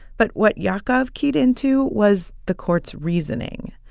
but what yaakov keyed into was the court's reasoning.